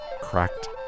Cracked